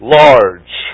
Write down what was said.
large